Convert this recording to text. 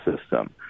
system